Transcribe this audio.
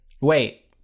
Wait